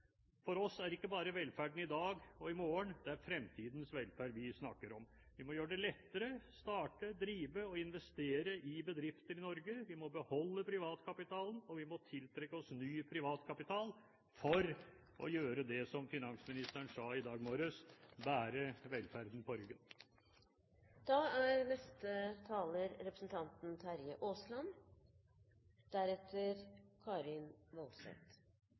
For oss er det ikke bare velferden i dag og i morgen; det er fremtidens velferd vi snakker om. Vi må gjøre det lettere å starte, drive og investere i bedrifter i Norge. Vi må beholde privatkapitalen, og vi må tiltrekke oss ny privatkapital for å gjøre det som finansministeren sa i dag morges: bære velferden på ryggen. Det er